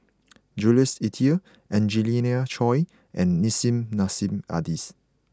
Jules Itier Angelina Choy and Nissim Nassim Adis